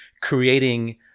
creating